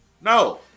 No